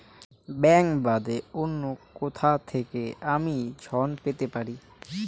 Bank বাদে অন্য কোথা থেকে আমি ঋন পেতে পারি?